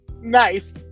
Nice